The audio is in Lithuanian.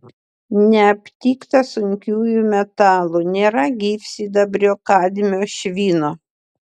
neaptikta sunkiųjų metalų nėra gyvsidabrio kadmio švino